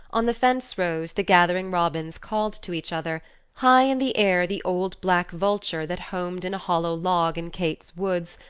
on the fence-rows the gathering robins called to each other high in the air the old black vulture that homed in a hollow log in kate's woods,